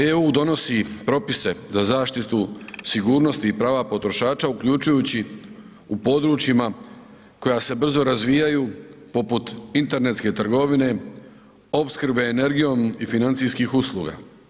EU donosi propise za zaštitu sigurnosti i prava potrošača uključujući u područjima koja se brzo razvijaju poput internetske trgovine opskrbe energijom i financijskih usluga.